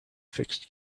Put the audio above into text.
fixed